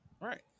Right